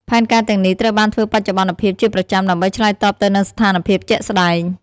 ផែនការទាំងនេះត្រូវបានធ្វើបច្ចុប្បន្នភាពជាប្រចាំដើម្បីឆ្លើយតបទៅនឹងស្ថានភាពជាក់ស្តែង។